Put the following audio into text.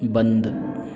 बंद